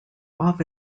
off